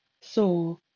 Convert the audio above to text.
saw